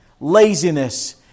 laziness